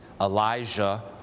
Elijah